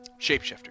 shapeshifter